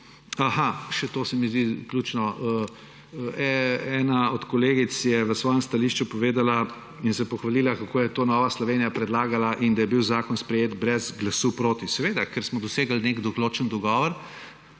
Aha, še to se mi zdi ključno. Ena od kolegic je v svojem stališču povedala in se pohvalila, kako je to Nova Slovenija predlagala in da je bil zakon sprejet brez glasu proti. Seveda, ker smo dosegli nek določen dogovor;